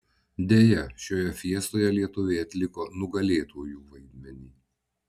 deja šioje fiestoje lietuviai atliko nugalėtųjų vaidmenį